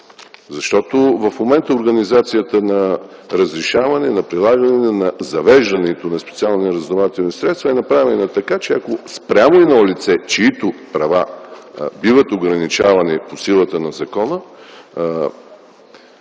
Защото в момента организацията на разрешаване, на прилагане, на завеждане на специални разузнавателни средства е направена така, че ако спрямо едно лице, чийто права са ограничавани по силата на закона,